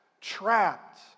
trapped